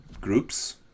groups